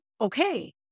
okay